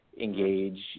engage